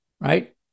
right